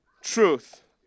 truth